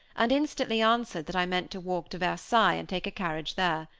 and instantly answered that i meant to walk to versailles and take a carriage there.